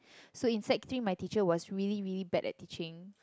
so in sec-three my teacher was really really bad at teaching